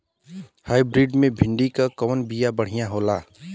Hybrid मे भिंडी क कवन बिया बढ़ियां होला?